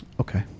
okay